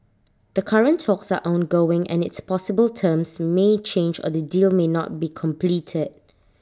the current talks are ongoing and it's possible terms may change or the deal may not be completed